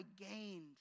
gained